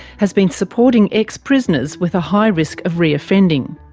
has been supporting ex-prisoners with a high risk of reoffending.